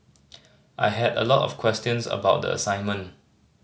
I had a lot of questions about the assignment